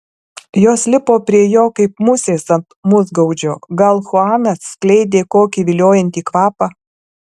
jos lipo prie jo kaip musės ant musgaudžio gal chuanas skleidė kokį viliojantį kvapą